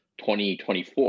2024